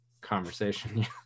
conversation